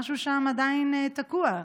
משהו שם עדיין תקוע.